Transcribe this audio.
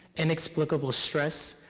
inexplicable stress,